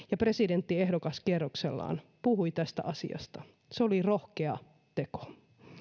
presidenttiehdokaskierroksellaan puhui tästä asiasta se oli rohkea teko